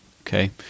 okay